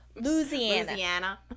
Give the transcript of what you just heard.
louisiana